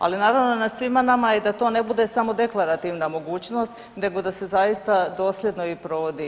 Ali naravno na svima nama je da to ne bude samo deklarativna mogućnost nego da se zaista dosljedno i provodi.